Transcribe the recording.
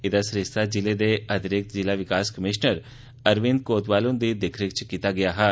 एदा सरिस्ता जिले दे अतिरिक्त जिला विकास कमीशनर अरविन्द कोतवाल ह्न्दी दिक्ख रिक्ख च कीता गेदा हा